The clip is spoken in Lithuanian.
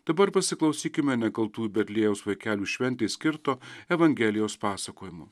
dabar pasiklausykime nekaltųjų betliejaus vaikelių šventei skirto evangelijos pasakojimo